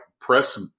press